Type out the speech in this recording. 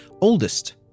oldest